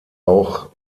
auch